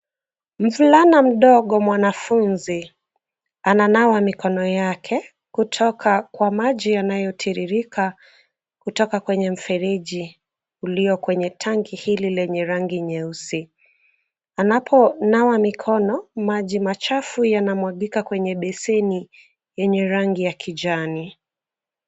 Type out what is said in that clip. Mvulana mdogo mwanafunzi, ananawa mikono yake kutoka kwa maji yanayotiririka kutoka kwenye mfereji ulio kwenye tangi hili lenye rangi nyeusi. Anaponawa mikono, maji machafu yanamwagika kwenye beseni yenye rangi ya kijani.